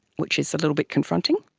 which is a little bit confronting.